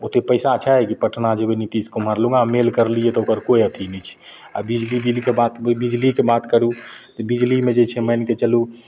ओतेक पइसा छै कि पटना जएबै नीतीश कुमार लग मेल करलिए तऽ ओकर कोइ अथी नहि छै आओर बिजली बिलके बात बिजलीके बात करू तऽ बिजलीमे जे छै मानिके चलू